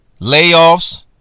layoffs